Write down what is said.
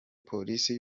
polisi